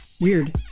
Weird